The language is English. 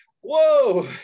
whoa